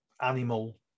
animal